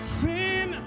sin